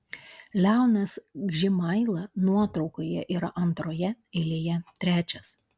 leonas gžimaila nuotraukoje yra antroje eilėje trečias